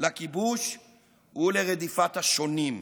לכיבוש ולרדיפת השונים.